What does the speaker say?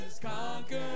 conquered